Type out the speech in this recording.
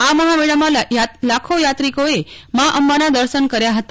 આ મહામેળામાં લાખો યાત્રિકો મા અંબાના દર્શન કર્યા હતા